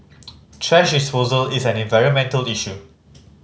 thrash disposal is an environmental issue